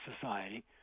society